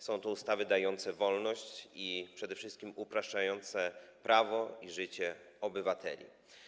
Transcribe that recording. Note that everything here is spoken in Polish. Są to ustawy dające wolność i przede wszystkim upraszczające prawo i życie obywateli.